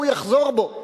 גם על זה הוא יחזור בו,